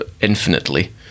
infinitely